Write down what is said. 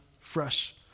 fresh